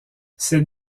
ces